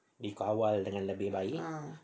dikawal dengan lebih baik